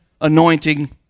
anointing